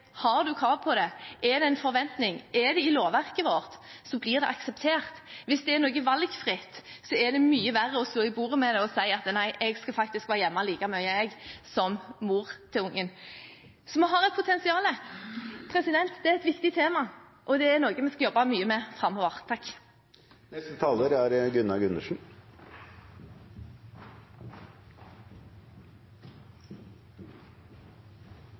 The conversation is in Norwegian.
er det en forventning, er det i lovverket vårt, blir det akseptert. Hvis det er valgfritt, er det mye verre for far å slå i bordet og si at han faktisk skal være hjemme like mye som mor til ungen. Så vi har et potensial. Det er et viktig tema, og det er noe vi skal jobbe mye med framover. Da skal jeg starte innlegget på samme måte som foregående taler.